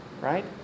right